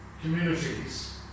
communities